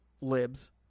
libs